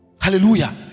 hallelujah